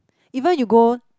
even you go